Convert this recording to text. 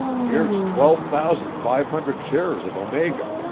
here's twelve thousand five hundred shares of omega.